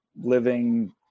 living